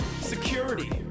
Security